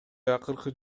акыркы